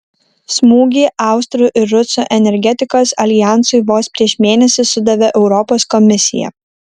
smūgį austrų ir rusų energetikos aljansui vos prieš mėnesį sudavė europos komisija